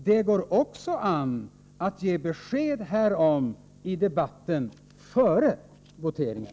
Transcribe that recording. Det går också an att ge besked härom i debatten före voteringen.